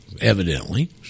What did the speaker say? evidently